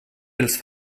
pels